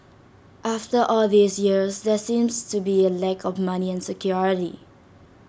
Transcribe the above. after all these years there seems to be A lack of money and security